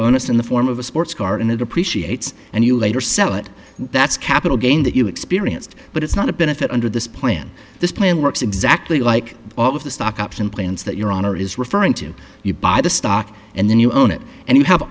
bonus in the form of a sports car and it appreciates and you later sell it that's capital gain that you experienced but it's not a benefit under this plan this plan works exactly like all of the stock option plans that your honor is referring to you buy the stock and then you own it and you have